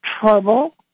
trouble